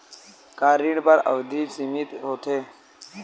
का ऋण बर अवधि सीमित होथे?